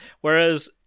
Whereas